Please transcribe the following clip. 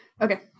Okay